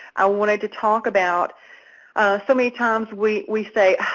i wanted to talk about so many times, we we say,